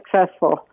successful